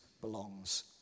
belongs